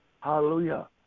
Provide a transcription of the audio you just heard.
hallelujah